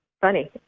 Funny